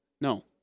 No